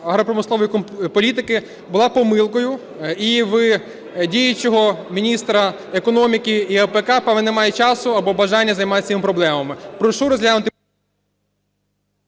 агропромислової політики була помилкою, і в діючого міністра економіки і АПК, певно, немає часу або бажання займатися цими проблемами.